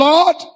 Lord